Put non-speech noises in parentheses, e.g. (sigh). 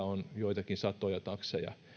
(unintelligible) on joitakin satoja takseja